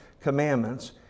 commandments